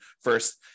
first